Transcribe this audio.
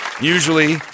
Usually